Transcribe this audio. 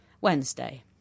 Wednesday